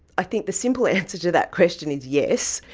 i think the simple answer to that question is yes.